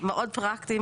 מאוד פרקטי,